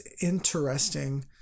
interesting